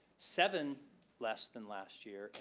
seven less than last year.